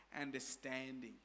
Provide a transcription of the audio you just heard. understanding